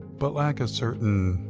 but lack a certain,